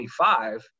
25